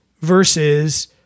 versus